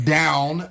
down